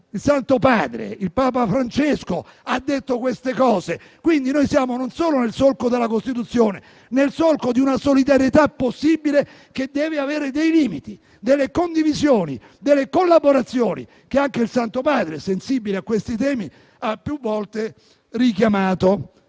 Il Santo Padre, Papa Francesco. Noi, quindi, non solo siamo nel solco della Costituzione, ma nel solco di una solidarietà possibile che deve avere dei limiti, delle condivisioni, delle collaborazioni, che anche il Santo Padre, sensibile a questi temi, ha più volte richiamato.